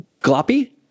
gloppy